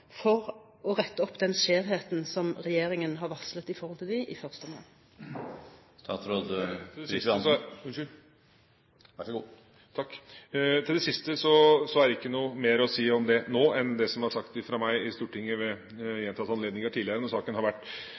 i første omgang retter opp den skjevheten som er varslet? Til det siste er det ikke noe mer å si nå enn det som har vært sagt av meg i Stortinget ved gjentatte anledninger tidligere når saken har vært